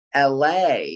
LA